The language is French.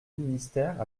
ministère